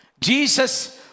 Jesus